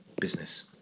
business